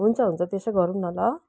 हुन्छ हुन्छ त्यसै गरौँ न ल